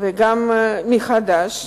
וגם מחד"ש,